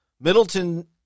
Middleton